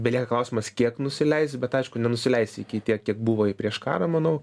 belieka klausimas kiek nusileis bet aišku nenusileis iki tiek kiek buvo prieš karą manau